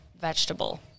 vegetable